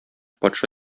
патша